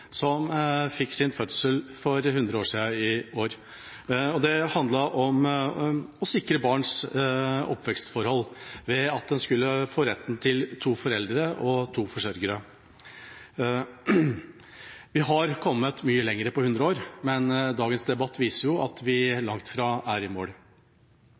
som fikk sin fødsel for hundre år siden i år. De handlet om å sikre barns oppvekstforhold ved at en skulle ha rett til to foreldre og to forsørgere. Vi har kommet mye lenger på hundre år, men dagens debatt viser at vi langt fra er i mål.